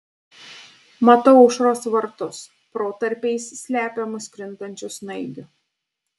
matau aušros vartus protarpiais slepiamus krintančių snaigių